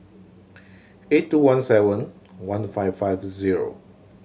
eight two one seven one five five zero